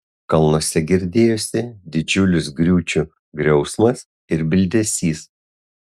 kalnuose girdėjosi didžiulis griūčių griausmas ir bildesys